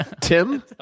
Tim